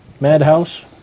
madhouse